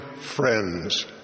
friends